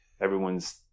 everyone's